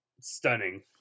stunning